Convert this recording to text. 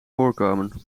voorkomen